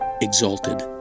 exalted